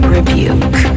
Rebuke